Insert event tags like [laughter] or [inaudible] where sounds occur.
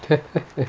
[laughs]